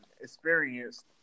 experienced